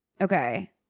Okay